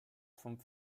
vom